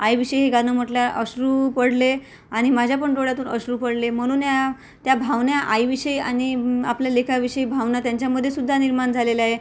आईविषयी गाणं म्हटल्यावर अश्रू पडले आणि माझ्या पण डोळ्यातून अश्रू पडले म्हणून या त्या भावना आईविषयी आणि आपल्या लेकराविषयी भावना त्यांच्यामध्ये सुद्धा निर्माण झालेल्या आहे